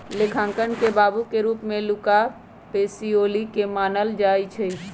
लेखांकन के बाबू के रूप में लुका पैसिओली के मानल जाइ छइ